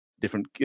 different